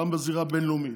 גם בזירה הבין-לאומית,